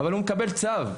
אבל הוא מקבל צו,